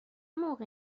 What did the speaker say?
موقع